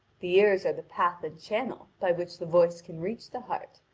the ears are the path and channel by which the voice can reach the heart,